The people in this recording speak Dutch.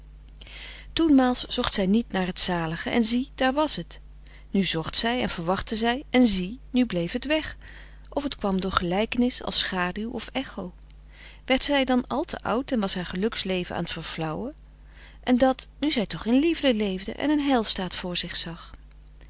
toenmaals zocht zij niet naar het zalige en zie daar was het nu zocht zij en verwachte zij en zie nu bleef t weg of t kwam door gelijkenis als schaduw of echo werd zij dan al te oud en was haar geluksleven aan t verflauwen en dat nu zij toch in liefde leefde en een heilstaat voor zich zag